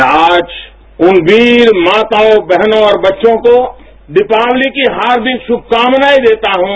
मैं आज उन वीर माताओं बहनों और बच्चों को दीपावलीकी हार्दिक सुमकामनाएं देता हूं